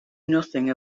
nothing